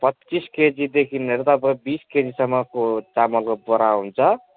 पच्चिस केजीदेखिन् लिएर तपाईँको बिस केजीसम्मको चामलको बोरा हुन्छ